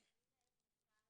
זה מרכז